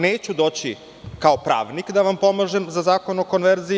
Neću doći kao pravnik da vam pomažem za Zakon o konverziji.